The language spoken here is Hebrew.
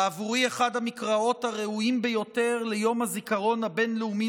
בעבורי אחת המקראות הראויות ביותר ליום הזיכרון הבין-לאומי